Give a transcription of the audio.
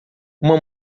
uma